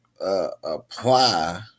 apply